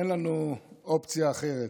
אין לנו אופציה אחרת.